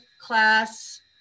class